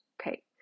Okay